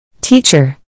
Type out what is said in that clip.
Teacher